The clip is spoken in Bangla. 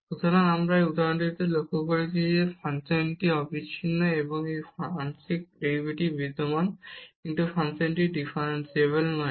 সুতরাং আমরা এই উদাহরণে যা লক্ষ্য করেছি যে ফাংশনটি অবিচ্ছিন্ন এবং এটি আংশিক ডেরিভেটিভস বিদ্যমান কিন্তু ফাংশনটি ডিফারেনসিবল নয়